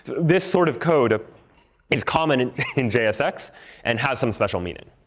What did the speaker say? this sort of code ah is common and in jsx and has some special meaning.